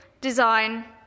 design